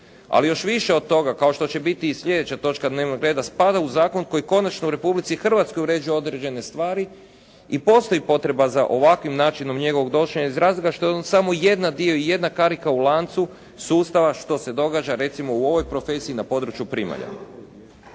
Ali još više od toga, kao što će biti i sljedeća točka dnevnog reda, spada u zakon koji konačno u Republici Hrvatskoj uređuje određene stvari i postoji potreba za ovakvim načinom njegova donošenja iz razloga što je on samo jedan dio, jedna karika u lancu sustava što se događa recimo u ovoj profesiji na području primalja.